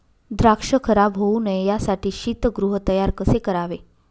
द्राक्ष खराब होऊ नये यासाठी शीतगृह तयार कसे करावे?